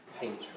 hatred